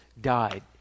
died